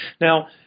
Now